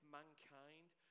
mankind